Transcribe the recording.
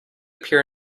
peer